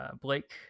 Blake